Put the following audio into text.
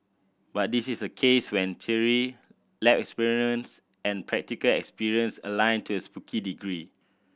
but this is a case when theory lab experiments and practical experience align to a spooky degree